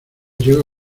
llego